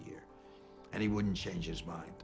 year and he wouldn't change his mind